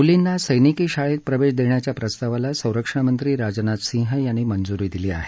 मुलींना सैनिकी शाळेत प्रवेश देण्याच्या प्रस्तावाला संरक्षण मंत्री राजनाथ सिंह यांनी मंजूरी दिली आहे